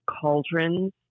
cauldrons